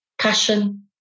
Passion